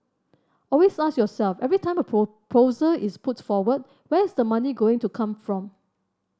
always ask yourself every time a proposal is put forward where is the money going to come from